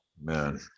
man